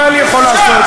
מה אני יכול לעשות.